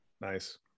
nice